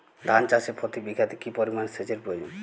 ধান চাষে প্রতি বিঘাতে কি পরিমান সেচের প্রয়োজন?